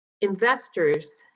investors